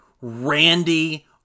Randy